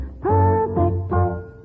perfect